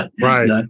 right